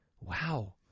wow